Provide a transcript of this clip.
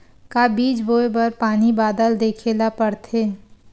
का बीज बोय बर पानी बादल देखेला पड़थे?